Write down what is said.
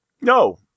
No